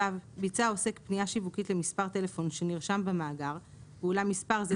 (ו) ביצע העוסק פנייה שיווקית למספר טלפון שנרשם במאגר ואולם מספר זה